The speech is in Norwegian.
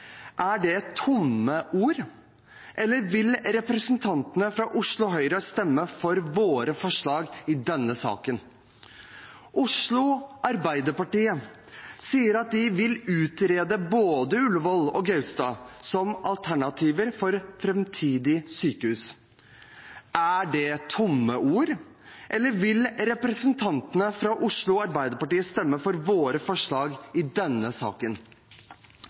Er det tomme ord, eller vil representantene fra Oslo Høyre stemme for våre forslag i denne saken? Oslo Arbeiderparti sier at de vil utrede både Ullevål og Gaustad som alternativer for et framtidig sykehus. Er det tomme ord, eller vil representantene fra Oslo Arbeiderparti stemme for våre forslag i denne saken?